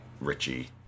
Richie